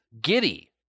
giddy